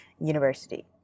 university